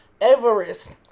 Everest